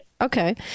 Okay